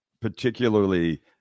particularly